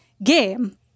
game